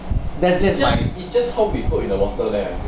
it's just how we float at the water there